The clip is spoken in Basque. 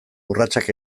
urratsak